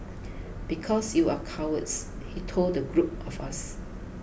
because you are cowards he told the group of us